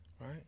right